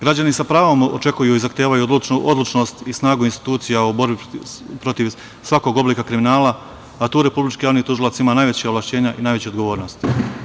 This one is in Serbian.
Građani sa pravom očekuju odlučnost i snagu institucija u borbi protiv svakog oblika kriminala, a tu republički Javni tužilac ima najveća ovlašćenja i najveću odgovornost.